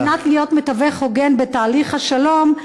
על מנת להיות מתווך הוגן בתהליך השלום,